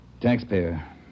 taxpayer